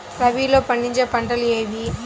రబీలో పండించే పంటలు ఏవి?